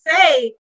say